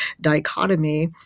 dichotomy